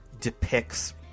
depicts